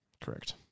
correct